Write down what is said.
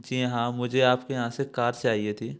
जी हाँ मुझे आपके यहाँ से कार चाहिए थी